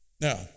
Now